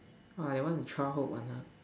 I want to trap hope one lah